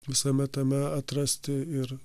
visame tame atrasti ir